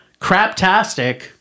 craptastic